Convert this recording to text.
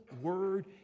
word